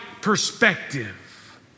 perspective